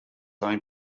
own